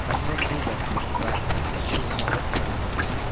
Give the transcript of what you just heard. ಹನ್ನೊಂದು ಗಂಟೆ ರಾತ್ರಿ ಶಿವಮೊಗ್ಗ ತಲುಪುತ್ತದೆ